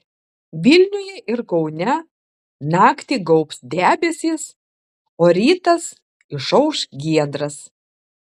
vilniuje ir kaune naktį gaubs debesys o rytas išauš giedras